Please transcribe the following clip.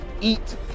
eat